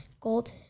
gold